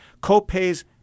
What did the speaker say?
co-pays